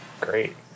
great